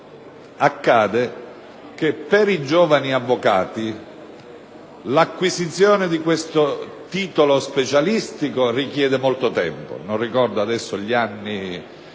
Sennonché, per i giovani avvocati l'acquisizione di questo titolo specialistico richiede molto tempo,